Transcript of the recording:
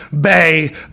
Bay